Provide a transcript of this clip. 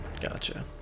Gotcha